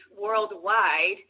worldwide